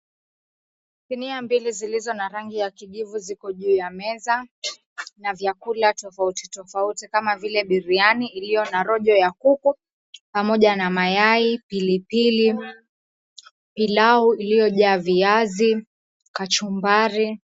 Sinia mbili zilizo na rangi ya kijivu ziko juu ya meza na vyakula tofauti tofauti kama vile biriyani iliyo na rojo ya kuku pamoja na mayai, pilipili, pilau iliyojaa viazi, kachumbari.